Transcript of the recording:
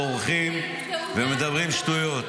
צורחים ומדברים שטויות.